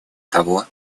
того